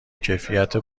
کیفیت